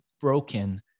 broken